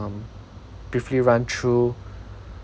briefly run through